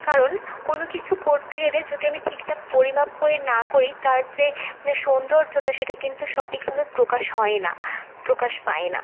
কারণ কোনো কিছু করতে গেলে যদি আমি ঠিকঠাক পরিমাপ করে না করি তার যে সৌন্দর্যটা সেটা কিন্তু সঠিকভাবে প্রকাশ হয় না প্রকাশ পায় না